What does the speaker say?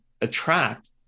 attract